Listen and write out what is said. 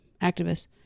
activists